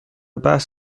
بحث